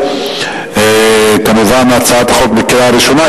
קריאה ראשונה.